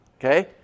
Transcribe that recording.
Okay